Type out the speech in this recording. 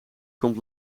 komt